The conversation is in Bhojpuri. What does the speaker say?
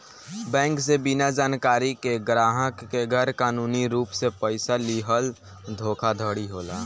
बैंक से बिना जानकारी के ग्राहक के गैर कानूनी रूप से पइसा लीहल धोखाधड़ी होला